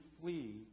flee